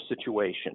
situation